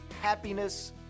happiness